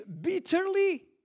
bitterly